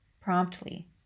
promptly